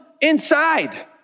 inside